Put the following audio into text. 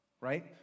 right